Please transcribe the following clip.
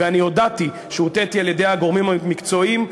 ואני הודעתי שהוטעיתי על-ידי הגורמים המקצועיים,